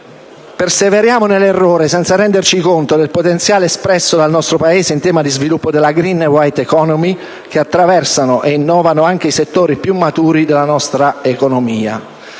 Perseveriamo nell'errore senza renderci conto del potenziale espresso dal nostro Paese in tema di sviluppo della *green and white economy*, che attraversano e innovano anche i settori più maturi della nostra economia.